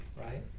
right